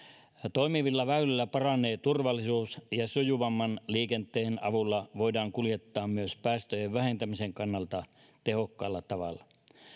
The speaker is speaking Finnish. toimivilla väylillä paranee turvallisuus ja sujuvamman liikenteen avulla voidaan kuljettaa myös päästöjen vähentämisen kannalta tehokkaalla tavalla